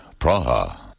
Praha